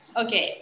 okay